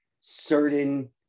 certain